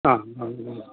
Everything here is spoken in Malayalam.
ആ പതിമൂന്ന്